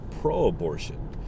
pro-abortion